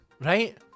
right